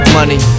money